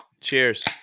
Cheers